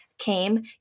came